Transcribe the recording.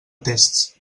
tests